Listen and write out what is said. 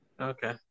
Okay